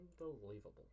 Unbelievable